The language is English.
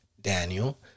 Daniel